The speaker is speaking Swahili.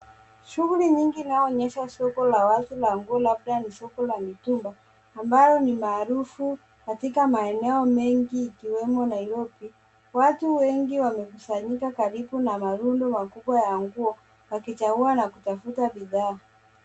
Shughuli nyingi inayoonyesha soko la wazi la nguo labda ni soko la mitumba, ambao ni maarufu katika maeneo mengi ikiwemo Nairobi. Watu wengi wamekusanyika karibu na marundo makubwa ya nguo wakichagua na kutafuta bidhaa.